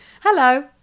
hello